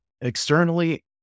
Externally